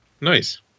Nice